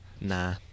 Nah